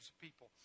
people